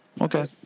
Okay